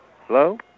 Hello